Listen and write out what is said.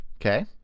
Okay